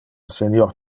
senior